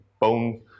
bone